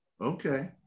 okay